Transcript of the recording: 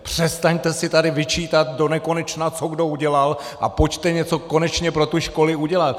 Přestaňte si tady vyčítat donekonečna, co kdo udělal, a pojďte něco konečně pro ty školy udělat.